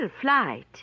flight